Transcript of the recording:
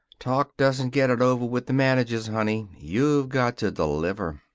talk doesn't get it over with the managers, honey. you've got to deliver.